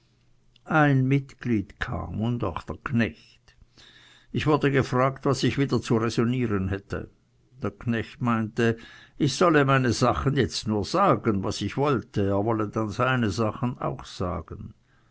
ein mitglied kam und auch der knecht ich wurde gefragt was ich wieder zu räsonnieren hätte der knecht meinte ich solle meine sachen jetzt nur sagen was ich wollte er wollte dann seine sachen auch sagen